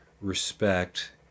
respect